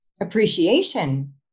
appreciation